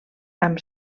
amb